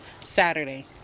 Saturday